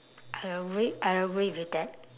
I agreed I agree with that